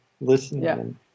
listening